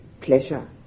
pleasure